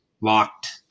locked